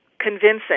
convincing